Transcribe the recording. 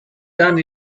done